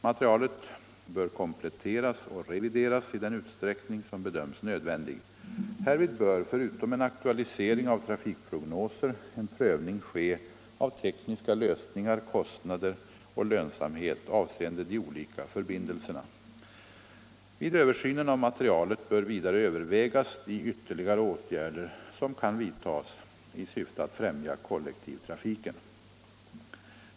Materialet bör kompletteras och revideras i den utsträckning som bedöms nödvändig. Härvid bör — förutom en aktualisering av trafikprognoser — en prövning ske av tekniska lösningar, kostnader och lönsamhet avseende de olika förbindelserna. Vid översynen av materialet bör vidare övervägas de ytterligare åtgärder som kan vidtas i syfte att främja kollektivtrafiken.